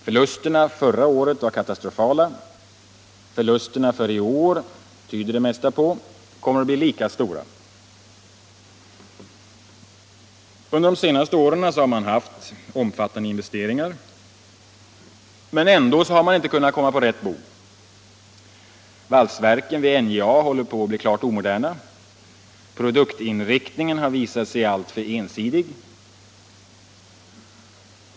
Förlusterna förra året var katastrofala, och det mesta tyder på att förlusterna för i år kommer att bli lika stora. Under de senaste åren har man haft omfattande investeringar, men ändå har man inte hamnat på rätt bog. Valsverken vid NJA håller på bli omoderna. Produktinriktningen har visat sig alltför ensidig.